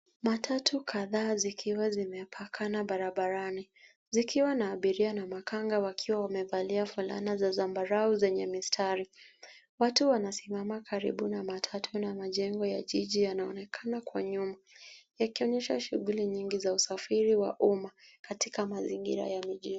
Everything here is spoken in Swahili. Matatu kadhaa zikiwa zimepakana barabarani, zikiwa na abiria na makanga wakiwa wamevalia fulana za zambarau zenye mistari. Watu wanasimama karibu na matatu na majengo ya jiji yanaonekana kwa nyuma, yakionyesha shughuli nyingi za usafiri wa umma katika mazingira ya mijengo.